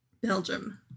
Belgium